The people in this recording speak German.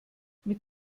mit